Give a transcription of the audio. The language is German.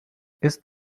ist